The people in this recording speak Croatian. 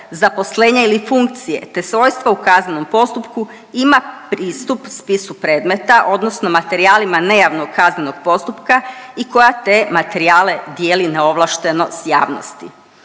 zaposlenja ili funkcije te svojstva u kaznenom postupku ima pristup spisu predmeta odnosno materijalnima nejavnog kaznenog postupka i koja te materijale dijeli neovlašteno s javnosti.